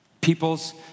people's